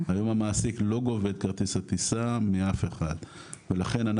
היום המעסיק לא גובה כרטיס טיסה מאף אחד ולכן,